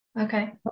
okay